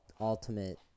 ultimate